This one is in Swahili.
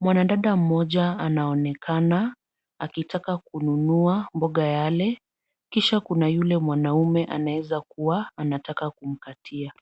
Mwanadada mmoja anaonekana akitaka kununua mboga yale kisha kuna yule mwanaume anaeza kuwa anataka kumkatia.